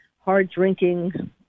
hard-drinking